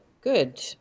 good